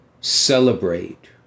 celebrate